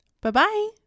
Bye-bye